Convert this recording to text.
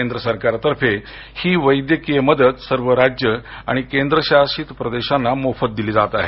केंद्र सरकारतर्फे ही वैद्यकीय मदत सर्व राज्य आणि केंद्रशासित प्रदेशांना मोफत दिली जात आहे